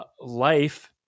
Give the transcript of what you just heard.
life